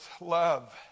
love